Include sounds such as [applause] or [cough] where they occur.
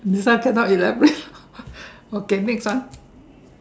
this one cannot elaborate [laughs] okay next one